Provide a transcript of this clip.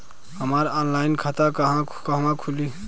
हमार ऑनलाइन खाता कहवा खुली?